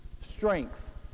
Strength